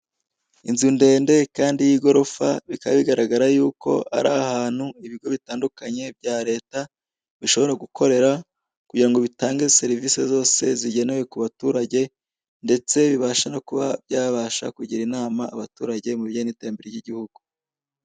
Inzu ndende kandi y'igorofa bikaba bigaragara yuko ari ahanti ibigo bitandukanye bya leta, bishobora gukorera kugira ngo bitange serivise zose zigenewe ku baturage ndetse bibashe no kuba byabasha kugira inama abaturage mu bijyanye n'iterambere ry'igihugu.